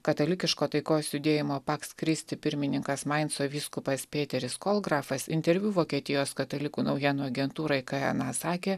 katalikiško taikos judėjimo paks kristi pirmininkas mainso vyskupas pėteris kolgrafas interviu vokietijos katalikų naujienų agentūrai kna sakė